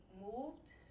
moved